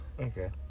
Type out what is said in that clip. Okay